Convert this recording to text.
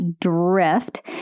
drift